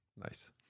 nice